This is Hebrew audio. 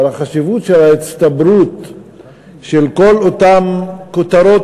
החשיבות של ההצטברות של כל אותן כותרות